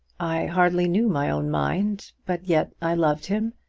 i hardly knew my own mind but yet i loved him.